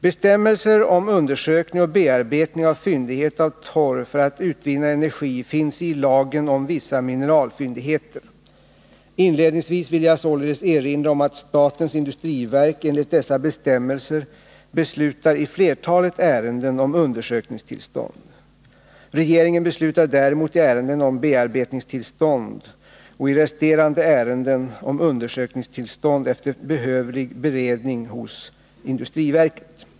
Bestämmelser om undersökning och bearbetning av fyndighet av torv för att utvinna energi finns i lagen om vissa mineralfyndigheter. Inledningsvis vill jag således erinra om att statens industriverk enligt dessa bestämmelser beslutar i flertalet ärenden om undersökningstillstånd. Regeringen beslutar däremot i ärenden om bearbetningstillstånd och i resterande ärenden om undersökningstillstånd efter behövlig beredning hos industriverket.